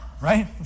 right